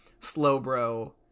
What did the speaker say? Slowbro